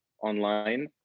online